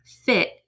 fit